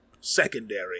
secondary